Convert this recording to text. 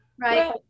Right